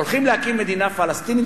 הולכים להקים מדינה פלסטינית,